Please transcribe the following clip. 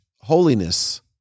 holiness